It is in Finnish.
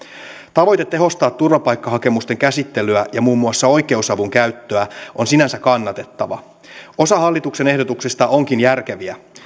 tavoite tehostaa turvapaikkahakemusten käsittelyä ja muun muassa oikeusavun käyttöä on sinänsä kannatettava osa hallituksen ehdotuksista onkin järkeviä